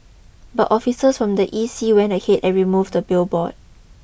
but officers from the E C went ahead and removed the billboard